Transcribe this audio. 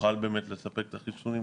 תוכל לספק את החיסונים,